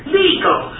legal